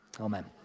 amen